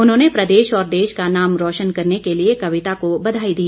उन्होंने कुल्लू प्रदेश और देश का नाम रोशन करने के लिए कविता को बघाई दी